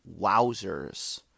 Wowzers